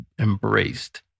embraced